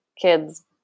kids